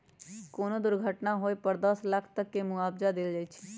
कोनो दुर्घटना होए पर दस लाख तक के मुआवजा देल जाई छई